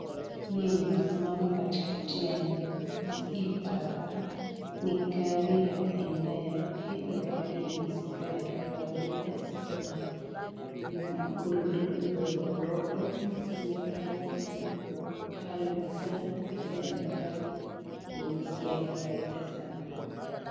Gari hii yenye imesimama katikati ya hii barabara, ni gari ya aina yake. Ni gari yenye si gari ya kawaida, iko na gurudumu ndogo ndogo. Imekaa tu ni gari mpya, tena ni gari yenye si ya kawaida sana.